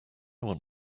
want